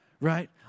right